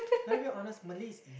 can I be honest Malay is